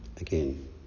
again